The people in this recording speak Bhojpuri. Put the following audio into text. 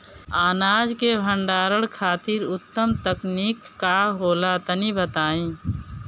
अनाज के भंडारण खातिर उत्तम तकनीक का होला तनी बताई?